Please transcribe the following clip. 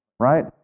Right